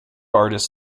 artists